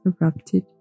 erupted